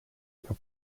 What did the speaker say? que